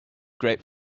great